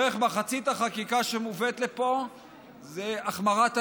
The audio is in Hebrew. בערך מחצית החקיקה שמובאת לפה זו החמרת ענישה.